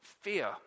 Fear